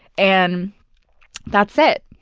and that's it.